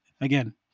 again